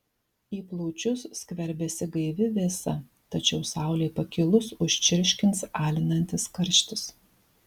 į plaučius skverbiasi gaivi vėsa tačiau saulei pakilus užčirškins alinantis karštis